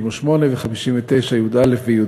58 ו-59(יא) ו(יב),